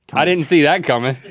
i didn't see that coming.